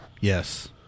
Yes